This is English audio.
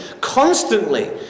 constantly